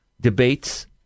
debates